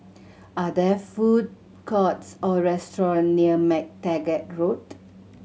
are there food courts or restaurant near MacTaggart Road